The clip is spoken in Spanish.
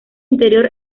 interior